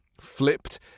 flipped